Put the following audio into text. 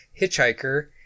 hitchhiker